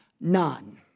none